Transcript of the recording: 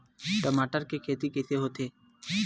टमाटर के खेती कइसे होथे?